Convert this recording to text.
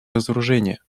разоружения